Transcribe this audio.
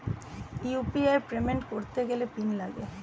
UPI payment করতে গেলে PIN লাগে